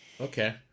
Okay